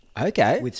Okay